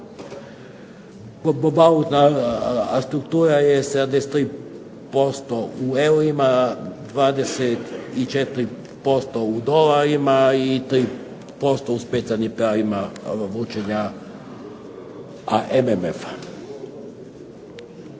struktura je 73% u eurima, 24% u dolarima i 3% u specijalnim pravima vučenja MMF-a.